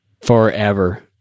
forever